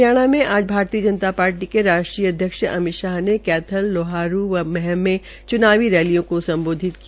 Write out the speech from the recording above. हरियाणा में आज भारतीय जनता पार्टी के राष्ट्रीय अध्यक्ष अमित शाह ने कैथल लौहारू और महम में चूनावी रैलियों को सम्बोधित किया